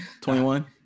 21